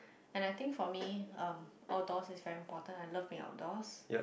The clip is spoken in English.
and I think for me um outdoors is very important I love being outdoors